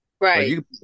Right